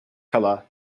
color